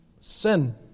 sin